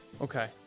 Okay